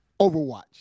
Overwatch